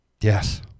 Yes